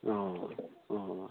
অঁ অঁ অ